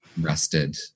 rested